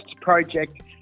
project